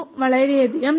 വളരെയധികം നന്ദി